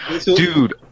Dude